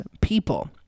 people